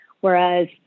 Whereas